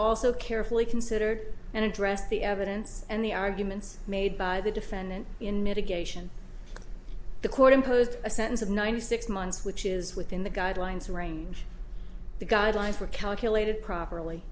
also carefully considered and addressed the evidence and the arguments made by the defendant in mitigation the court imposed a sentence of ninety six months which is within the guidelines range the guidelines were calculated properly